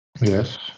Yes